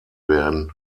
werden